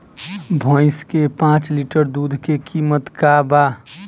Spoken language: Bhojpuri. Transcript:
भईस के पांच लीटर दुध के कीमत का बा?